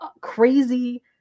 crazy